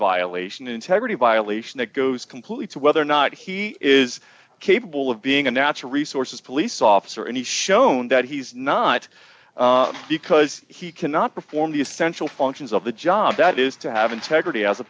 violation integrity violation that goes completely to whether or not he is capable of being a natural resources police officer and he's shown that he's not because he cannot perform the essential functions of the job that is to have integrity as a